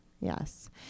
Yes